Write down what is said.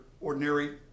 ordinary